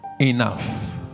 enough